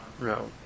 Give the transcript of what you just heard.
no